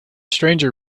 stranger